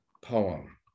poem